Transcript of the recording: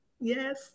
yes